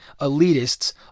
elitists